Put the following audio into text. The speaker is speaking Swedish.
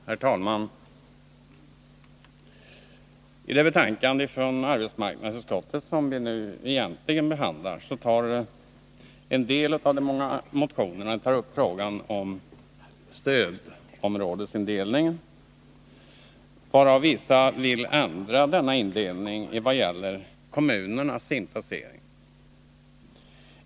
Herr talman! I det betänkande från arbetsmarknadsutskottet som vi nu diskuterar behandlas de många motioner i vilka man tagit upp frågan om stödområdesindelningen. I vissa av dessa motioner vill man ändra denna indelning i vad gäller kommunernas inplacering.